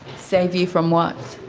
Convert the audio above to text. save you from what?